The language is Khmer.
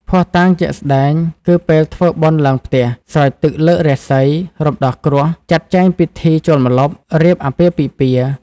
ភ័ស្តុតាងជាក់ស្តែង គឺពេលធ្វើបុណ្យឡើងផ្ទះ ស្រោចទឹកលើករាសី រំដោះគ្រោះ ចាត់ចែងពិធីចូលម្លប់ រៀបអាពាហ៍ពិពាហ៍។